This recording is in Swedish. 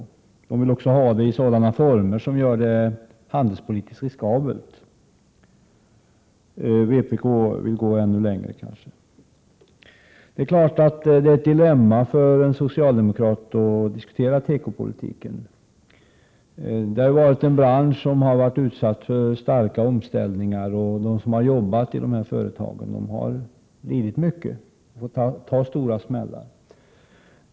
Centern vill vidare att stöden skall utgå i former som är handelspolitiskt riskabla. Vpk vill förmodligen gå ännu längre. Det är klart att det är ett dilemma för en socialdemokrat att diskutera tekopolitiken. Branschen har varit utsatt för stora omställningar. De som har arbetat i tekoföretagen har fått ta emot många smällar.